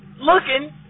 looking